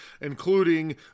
including